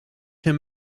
him